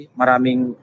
maraming